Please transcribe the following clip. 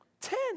Ten